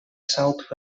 south